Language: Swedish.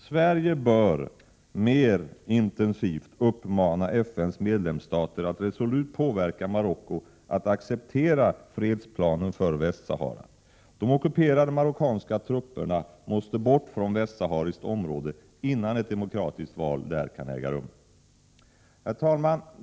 Sverige bör mer intensivt uppmana FN:s medlemsstater att resolut påverka Marocko att acceptera fredsplanen för Västsahara. De ockuperande marockanska trupperna måste bort från västsahariskt område, innan ett demokratiskt val där kan äga rum. Herr talman!